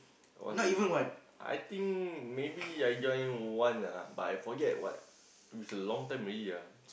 I was the lead I think maybe I join one ah but I forget what is a long time already ah